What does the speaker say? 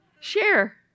share